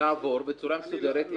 לעבור בצורה מסודרת באופן מלא,